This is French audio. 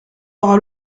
aura